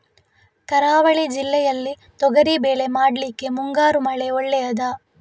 ಕರಾವಳಿ ಜಿಲ್ಲೆಯಲ್ಲಿ ತೊಗರಿಬೇಳೆ ಮಾಡ್ಲಿಕ್ಕೆ ಮುಂಗಾರು ಮಳೆ ಒಳ್ಳೆಯದ?